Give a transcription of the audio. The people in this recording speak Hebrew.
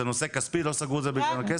זה נושא כספי, לא סגרו את זה בגלל הכסף?